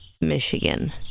Michigan